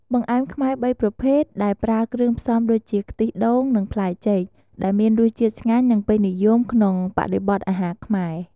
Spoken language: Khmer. បង្អែមខ្មែរ ៣ ប្រភេទ ដែលប្រើគ្រឿងផ្សំដូចជា ខ្ទិះដូង និងផ្លែចេក ដែលមានរសជាតិឆ្ងាញ់ និងពេញនិយមក្នុងបរិបទអាហារខ្មែរ។